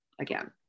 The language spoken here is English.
again